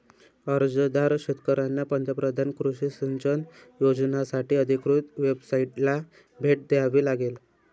अर्जदार शेतकऱ्यांना पंतप्रधान कृषी सिंचन योजनासाठी अधिकृत वेबसाइटला भेट द्यावी लागेल